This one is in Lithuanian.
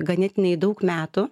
ganėtinai daug metų